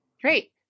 Great